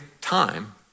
time